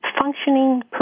functioning